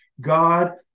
God